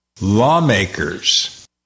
Lawmakers